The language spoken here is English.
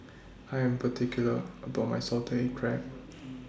I Am particular about My Salted Egg Crab